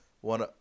one